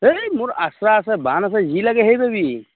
ধেই মোৰ আছে আছে যি লাগে সই পাবি